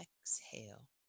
exhale